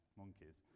monkeys